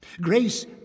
Grace